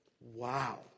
Wow